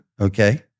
okay